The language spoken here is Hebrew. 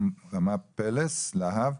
רמ"פ פלס להב,